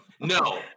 No